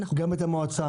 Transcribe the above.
גם את המועצה,